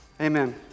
Amen